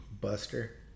Buster